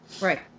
Right